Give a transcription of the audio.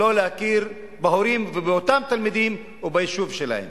שלא להכיר בהורים ובאותם תלמידים וביישוב שלהם.